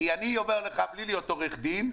כי אני אומר לף בלי להיות עורך דין,